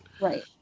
Right